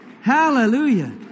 Hallelujah